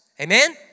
Amen